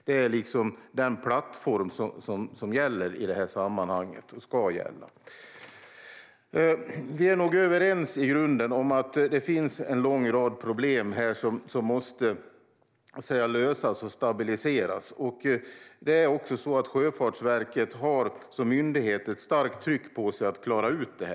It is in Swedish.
Det är den plattform som gäller och ska gälla i det här sammanhanget. Vi är nog i grunden överens om att det finns en lång rad problem som måste lösas och stabiliseras, och Sjöfartsverket har som myndighet ett starkt tryck på sig att klara ut detta.